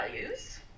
values